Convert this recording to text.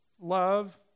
love